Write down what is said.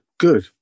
Good